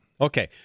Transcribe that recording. Okay